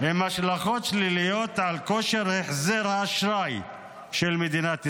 עם השלכות שליליות על כושר החזר האשראי של מדינת ישראל.